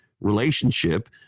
relationship